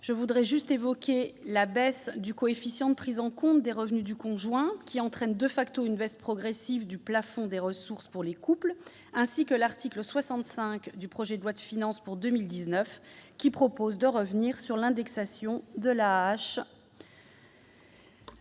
Je veux simplement évoquer la baisse du coefficient de prise en compte des revenus du conjoint, qui entraîne une baisse progressive du plafond de ressources pour les couples, ainsi que l'article 65 du projet de loi de finances pour 2019, qui propose de revenir sur l'indexation de l'AAH